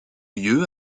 lieu